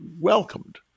welcomed